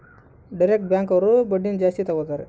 direct bank ಅವ್ರು ಬಡ್ಡಿನ ಜಾಸ್ತಿ ತಗೋತಾರೆ